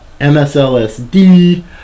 MSLSD